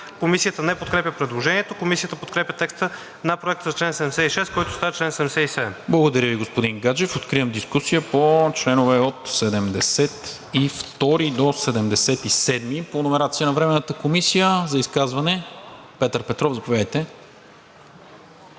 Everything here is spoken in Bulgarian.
Комисията не подкрепя предложението. Комисията подкрепя текста на Проекта за чл. 76, който става чл. 77. ПРЕДСЕДАТЕЛ НИКОЛА МИНЧЕВ: Благодаря Ви, господин Гаджев. Откривам дискусия по членове от 72 до 77 по номерация на Временната комисия. За изказване? Петър Петров, заповядайте.